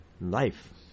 life